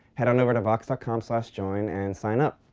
head on over to vox dot com slash join and sign up.